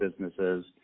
businesses